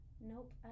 Nope